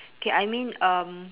K I mean um